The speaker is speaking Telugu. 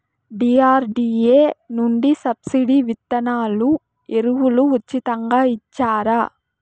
డి.ఆర్.డి.ఎ నుండి సబ్సిడి విత్తనాలు ఎరువులు ఉచితంగా ఇచ్చారా?